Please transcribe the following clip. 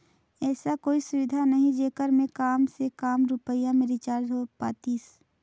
ऐसा कोई सुविधा नहीं जेकर मे काम से काम रुपिया मे रिचार्ज हो पातीस?